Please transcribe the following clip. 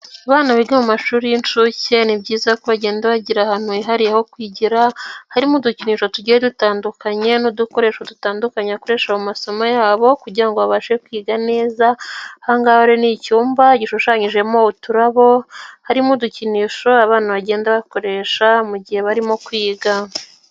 Abana biga mu mashuri y'inshuke ni byiza ko bagenda bagira ahantu hihariye ho kwigira, harimo udukinisho tugiye dutandukanye n'udukoresho dutandukanye bakoresha mu masomo yabo kugirango babashe kwiga neza. Angahe ni icyumba gishushanyijemo uturabo harimo udukinisho abana bagenda bakoresha mu gihe barimo kwiga.